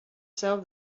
sell